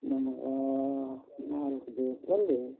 ನಿಮಗೆ ನಾಲ್ಕು ದಿವ್ಸದಲ್ಲಿ